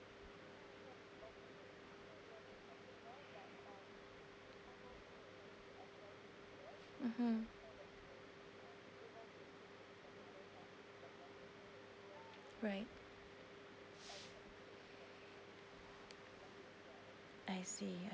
mmhmm right I see